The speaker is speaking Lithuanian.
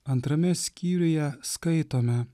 antrame skyriuje skaitome